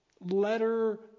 letter